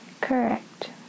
Correct